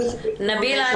נבילה,